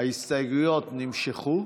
ההסתייגויות נמשכו?